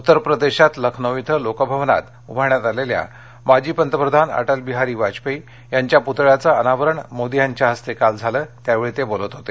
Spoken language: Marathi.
उत्तर प्रदेशात लखनऊ इथं लोकभवनात उभारण्यात आलेल्या माजी पंतप्रधान अा ऊ बिहारी वाजपेयी यांच्या प्तळ्याचं अनावरण मोदी यांच्या हस्ते काल झालं त्यावेळी ते बोलत होते